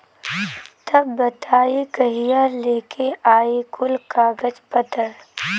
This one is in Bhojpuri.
तब बताई कहिया लेके आई कुल कागज पतर?